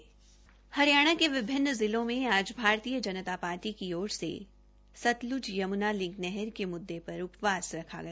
वहार हरियाणा के विभिन्न जिलो में आज भारतीय जनता पार्टी की ओर से सतलुज यमुना लिंक नहर के मुददे पर उपवास रखा गया